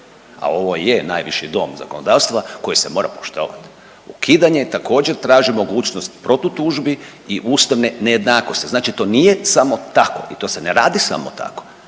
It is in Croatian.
a ovo je najviši Dom zakonodavstva koji se mora poštovati. Ukidanje također traži mogućnost protu tužbi i ustavne nejednakosti. Znači to nije samo tako i to se ne radi samo tako.